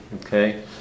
Okay